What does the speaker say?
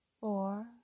four